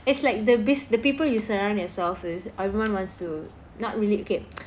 it's like the bis~ the people you surround yourself with everyone wants to not really okay